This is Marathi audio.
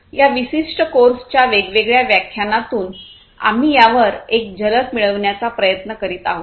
या विशिष्ट कोर्सच्या वेगवेगळ्या व्याख्यानातून आम्ही यावर एक झलक मिळविण्याचा प्रयत्न करीत आहोत